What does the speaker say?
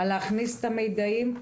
להכניס את המידעים,